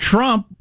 Trump